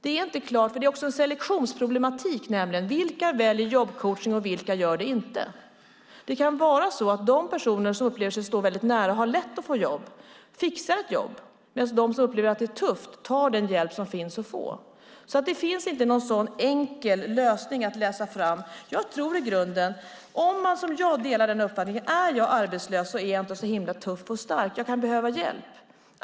Det är inte klart. Det finns också en selektionsproblematik när det gäller vilka som väljer jobbcoachning och vilka som inte gör det. Det kan vara så att de personer som upplever sig stå väldigt nära och har lätt att få jobb fixar ett jobb medan de som upplever att det är tufft tar den hjälp som finns att få. Det finns inte någon enkel lösning att läsa fram. Jag delar uppfattningen att om jag är arbetslös så är jag inte så tuff och stark. Jag kan behöva hjälp.